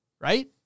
right